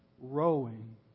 rowing